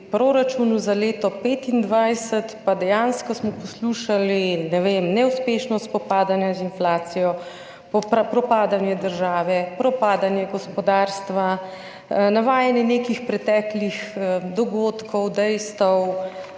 za leto 2025 pa smo dejansko poslušali o neuspešnem spopadanju z inflacijo, propadanju države, propadanju gospodarstva, navajanje nekih preteklih dogodkov, dejstev,